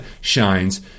shines